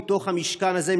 מתוך המשכן הזה,